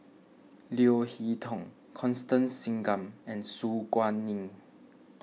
Leo Hee Tong Constance Singam and Su Guaning